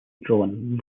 drawn